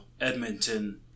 Edmonton